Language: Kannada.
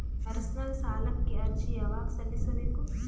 ಪರ್ಸನಲ್ ಸಾಲಕ್ಕೆ ಅರ್ಜಿ ಯವಾಗ ಸಲ್ಲಿಸಬೇಕು?